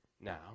now